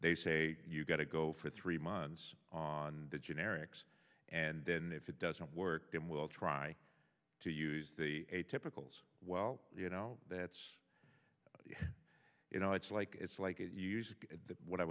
they say you got to go for three months on the generics and then if it doesn't work then we'll try to use the typical well you know that's you know it's like it's like it used to when i